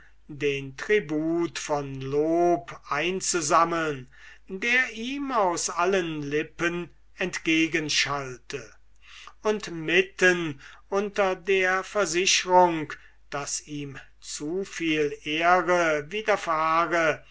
den tribut von lob einzusammeln der ihm aus allen lippen entgegenschallte und mitten unter der versichrung daß ihm zu viel ehre widerfahre